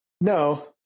No